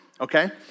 okay